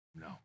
no